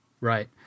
Right